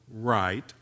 right